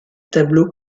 tableau